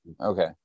Okay